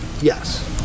Yes